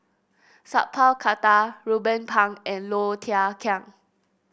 Sat Pal Khattar Ruben Pang and Low Thia Khiang